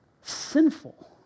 sinful